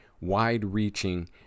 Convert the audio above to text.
wide-reaching